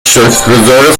شکرگزار